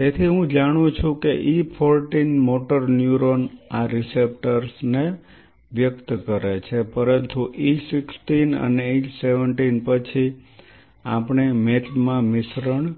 તેથી હું જાણું છું કે E 14 મોટર ન્યુરોન આ રીસેપ્ટર ને વ્યક્ત કરે છે પરંતુ E 16 અથવા E 17 પછી આપણે મેચમાં મિશ્રણ